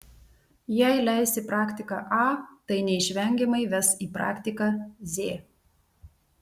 jei leisi praktiką a tai neišvengiamai ves į praktiką z